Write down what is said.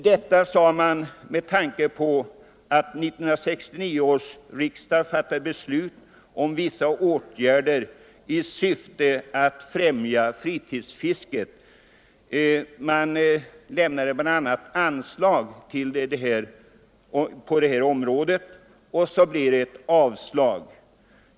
Detta sade man med tanke på att 1969 års riksdag fattat beslut om vissa åtgärder i syfte att främja fritidsfisket. Man lämnar bl.a. anslag för att få större fiskeområden. Och så avstyrktes motionen.